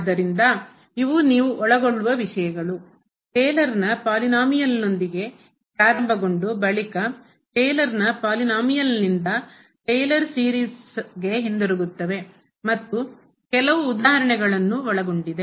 ಆದ್ದರಿಂದ ಇವು ನೀವು ಒಳಗೊಳ್ಳುವ ವಿಷಯಗಳು ಟೇಲರ್ನ ಪಾಲಿನೋಮಿಯಲ್ನೊಂದಿಗೆ ಬಹುಪದದೊಂದಿಗೆ ಪ್ರಾರಂಭಗೊಂಡು ಬಳಿಕ ಟೇಲರ್ನ ಪಾಲಿನೋಮಿಯಲ್ನಿಂದ ಬಹುಪದದಿಂದ ಟೇಲರ್ ಸೀರೀಸ್ ಸರಣಿಗೆ ಹಿಂತಿರುಗುತ್ತವೆ ಮತ್ತು ಕೆಲವು ಉದಾಹರಣೆಗಳನ್ನು ಒಳಗೊಂಡಿದೆ